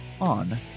on